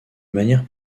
manière